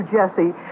Jesse